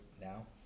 now